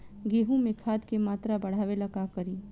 गेहूं में खाद के मात्रा बढ़ावेला का करी?